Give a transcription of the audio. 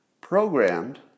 programmed